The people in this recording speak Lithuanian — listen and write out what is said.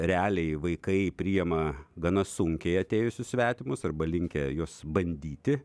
realiai vaikai priima gana sunkiai atėjusius svetimus arba linkę juos bandyti